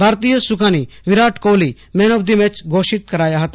ભારતીય સુ કાની Virat Kohli man of the match ઘોષિત કરાયા હતા